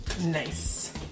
Nice